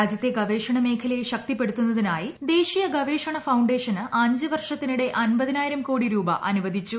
രാജ്യത്തെ ഗവേഷണ മേഖലയെ ശക്തിപ്പെടുത്തുന്നതിനായി ദേശീയ ഗവേഷ്ടണ ഫൌണ്ടേഷന് അഞ്ച് വർഷത്തിനിടെ അമ്പതിനായിരം കോടി രൂപ്പ് അനുവദിച്ചു